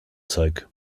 zeug